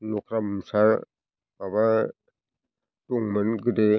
लख्रा मोसा माबा दंमोन गोदो